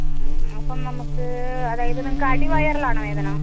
അപ്പം നമുക്ക് അതായത് നിങ്ങൾക്ക് അടിവയറിലാണോ വേദന